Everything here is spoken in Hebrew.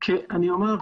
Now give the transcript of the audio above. אני אומר,